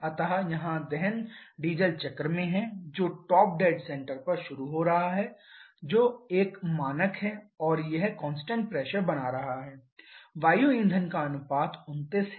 अतः यहाँ दहन डीजल चक्र में है जो टॉप डेड सेंटर पर शुरू हो रहा है जो एक मानक है और यह कांस्टेंट प्रेशर बना रहा है वायु ईंधन का अनुपात 29 है